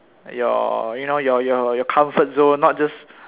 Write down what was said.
your you know your your comfort zone not just